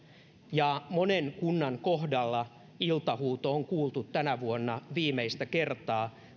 ja monen kunnan kohdalla iltahuuto on kuultu tänä vuonna viimeistä kertaa